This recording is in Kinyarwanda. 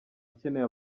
akeneye